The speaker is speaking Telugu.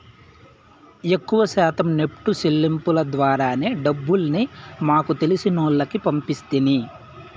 ఎక్కవ శాతం నెప్టు సెల్లింపుల ద్వారానే డబ్బుల్ని మాకు తెలిసినోల్లకి పంపిస్తిని